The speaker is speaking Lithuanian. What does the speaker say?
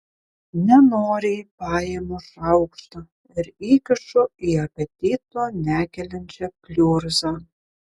nenoriai paimu šaukštą ir įkišu į apetito nekeliančią pliurzą